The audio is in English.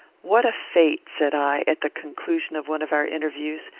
what a fate, said i, at the conclusion of one of our interviews,